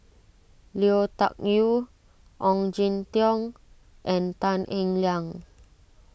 Lui Tuck Yew Ong Jin Teong and Tan Eng Liang